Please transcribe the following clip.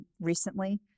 recently